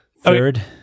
third